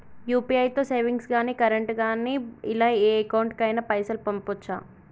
UPI తో savings గాని current గాని ఇలా ఏ అకౌంట్ కైనా పైసల్ పంపొచ్చా?